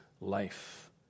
life